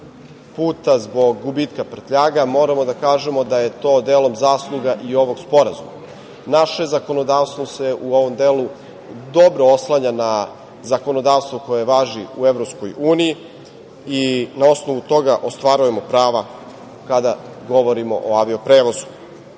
puta, zbog gubitka prtljaga, moramo da kažemo da je to delom zasluga i ovog sporazuma. Naše zakonodavstvo se u ovom delu dobro oslanja na zakonodavstvo koje važi u Evropskoj uniji i na osnovu toga ostvarujemo prava kada govorimo o avio-prevozu. Srbija